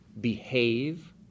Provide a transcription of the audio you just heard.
behave